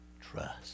trust